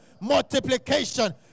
multiplication